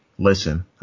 Listen